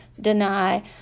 deny